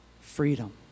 freedom